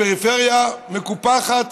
הפריפריה מקופחת.